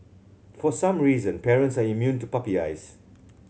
for some reason parents are immune to puppy eyes